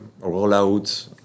rollout